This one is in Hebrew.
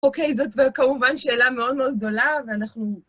אוקיי, זאת כמובן שאלה מאוד מאוד גדולה, ואנחנו...